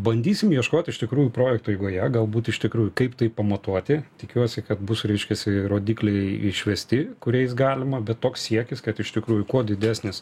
bandysim ieškoti iš tikrųjų projekto eigoje galbūt iš tikrųjų kaip tai pamatuoti tikiuosi kad bus reiškiasi rodikliai išvesti kuriais galima bet toks siekis kad iš tikrųjų kuo didesnis